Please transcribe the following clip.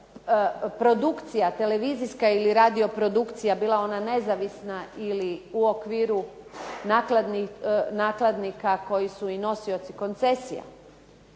zove produkcija, televizijska ili radio produkcija, bila ona nezavisna ili u okviru nakladnika koji su i nosioci koncesija.